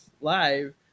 live